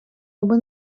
аби